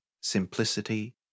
simplicity